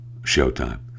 showtime